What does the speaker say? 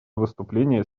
выступление